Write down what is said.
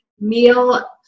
Meal